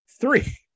three